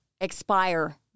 expire